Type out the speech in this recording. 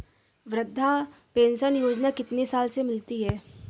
वृद्धा पेंशन योजना कितनी साल से मिलती है?